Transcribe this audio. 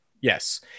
Yes